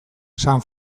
san